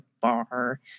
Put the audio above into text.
bar